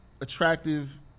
attractive